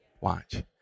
Watch